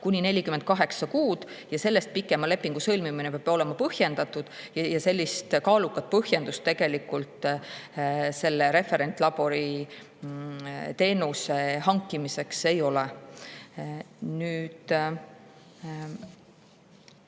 kuni 48 kuud ja sellest pikema lepingu sõlmimine peab olema põhjendatud. Kaalukat põhjendust tegelikult referentlabori teenuse hankimiseks ei ole. Seoses